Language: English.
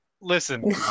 listen